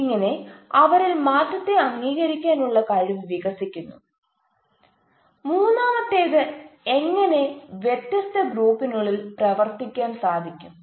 ഇങ്ങനെ അവരിൽ മാറ്റത്തെ അംഗീകരിക്കാൻ ഉള്ള കഴിവ് വികസിക്കുന്നു മൂന്നാമത്തേത് എങ്ങനെ വ്യത്യസ്ത ഗ്രൂപ്പിനുള്ളിൽ പ്രവർത്തിക്കാൻ സാധിക്കും